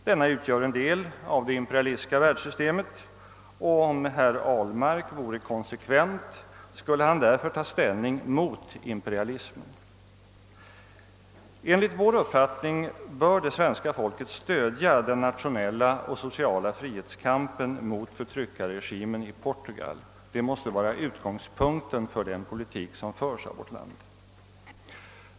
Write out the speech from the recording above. Denna utgör en del av det imperialistiska världssystemet, och om herr Ahlmark vore konsekvent skulle han därför ta ställning mot imperialismen. Enligt vår uppfattning bör det svenska folket stödja den nationella och sociala frihetskampen mot förtryckarregimen i Portugal. Det måste vara utgångspunkten för den politik som förs av vårt land.